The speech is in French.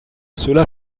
cela